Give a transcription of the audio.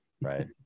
Right